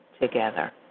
together